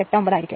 89 ആയിരികുമലോ